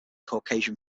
caucasian